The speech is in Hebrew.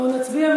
בואו ונצביע.